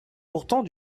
pourtant